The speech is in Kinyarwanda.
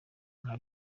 nka